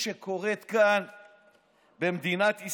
הראשונה, הצעת חוק סל הקליטה, של חבר הכנסת פרוש.